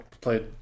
played